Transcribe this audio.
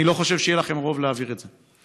אני לא חושב שיהיה לכם רוב להעביר את זה.